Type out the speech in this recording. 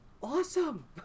awesome